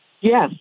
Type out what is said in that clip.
Yes